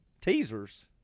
Teasers